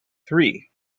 three